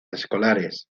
escolares